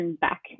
back